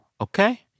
okay